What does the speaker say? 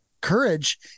courage